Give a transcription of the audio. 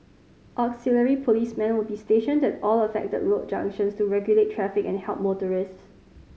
auxiliary policemen will be stationed at all affected road junctions to regulate traffic and help motorists